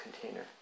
container